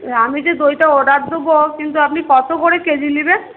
আমি যে দইটা অর্ডার দেব কিন্তু আপনি কত করে কেজি নেবেন